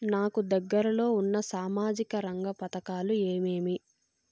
నాకు దగ్గర లో ఉన్న సామాజిక రంగ పథకాలు ఏమేమీ?